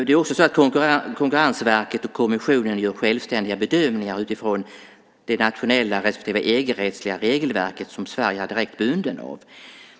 Det är också så att Konkurrensverket och kommissionen gör självständiga bedömningar utifrån det nationella respektive EG-rättsliga regelverk som Sverige är direkt bundet av.